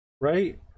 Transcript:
Right